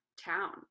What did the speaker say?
town